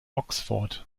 oxford